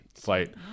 flight